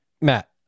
Matt